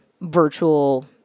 virtual